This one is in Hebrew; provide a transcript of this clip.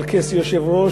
על כס יושב-ראש,